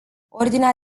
ordinea